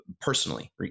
personally